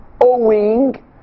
owing